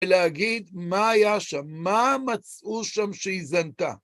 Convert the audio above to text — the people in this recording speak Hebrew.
ולהגיד מה היה שם, מה מצאו שם שהיא זנתה.